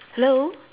hello